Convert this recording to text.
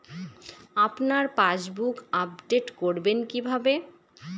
আপনার passbook update করবেন কিভাবে?